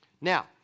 Now